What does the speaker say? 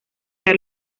dar